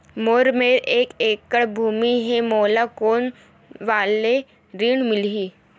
मोर मेर एक एकड़ भुमि हे मोला कोन वाला ऋण मिलही?